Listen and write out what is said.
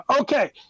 Okay